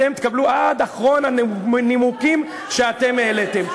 אתם תקבלו, עד אחרון הנימוקים שאתם העליתם.